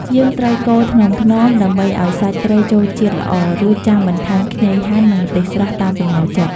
យើងត្រូវកូរថ្នមៗ ដើម្បីឱ្យសាច់ត្រីចូលជាតិល្អ រួចចាំបន្ថែមខ្ញីហាន់ និងម្ទេសស្រស់ តាមចំណូលចិត្ត។